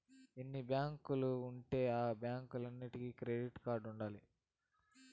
ఎన్ని బ్యాంకులు ఉంటే ఆ బ్యాంకులన్నీటికి క్రెడిట్ కార్డులు ఉంటాయి